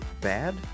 bad